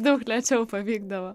daug lėčiau pavykdavo